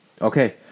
Okay